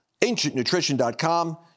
Ancientnutrition.com